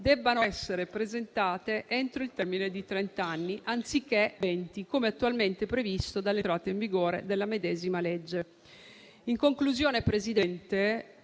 debbano essere presentate entro il termine di trent'anni - anziché venti, come attualmente previsto - dall'entrata in vigore della medesima legge.